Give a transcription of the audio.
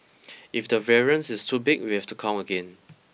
if the variance is too big we have to count again